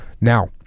now